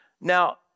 Now